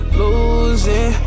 losing